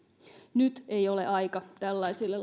nyt ei ole aika tällaisille